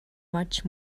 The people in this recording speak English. much